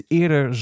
eerder